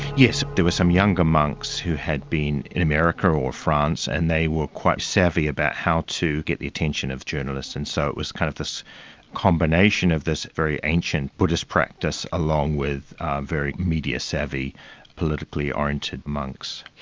yes, there were some younger monks who had been in america or france and they were quite savvy about how to get the attention of journalists. and so it was kind of this combination of this very ancient buddhist practice along with very media savvy politically oriented monks.